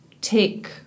take